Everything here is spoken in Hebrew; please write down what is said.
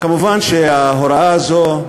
מובן שההוראה הזו,